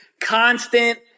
constant